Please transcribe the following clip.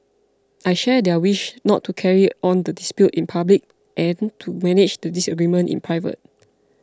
I share their wish not to carry on the dispute in public and to manage the disagreement in private